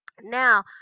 now